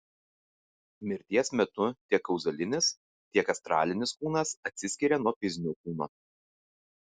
mirties metu tiek kauzalinis tiek astralinis kūnas atsiskiria nuo fizinio kūno